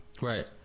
Right